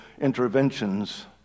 interventions